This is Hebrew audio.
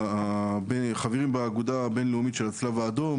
אנחנו חברים באגודה הבין-לאומית של הצלב האדום.